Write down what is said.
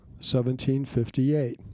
1758